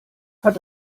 hat